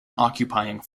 occupying